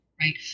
right